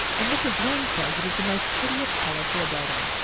and mrs. lynde says it is the most hideous color for a building,